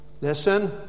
Listen